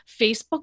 Facebook